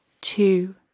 two